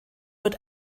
wird